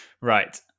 Right